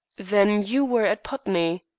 then you were at putney?